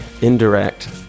indirect